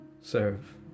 serve